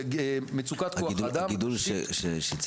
מצוקת כוח האדם --- הגידול שציינת